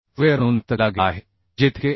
square म्हणून व्यक्त केला गेला आहे जेथे के